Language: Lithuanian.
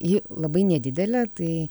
ji labai nedidelė tai